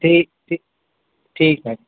ठीकु ठीकु ठीकु आहे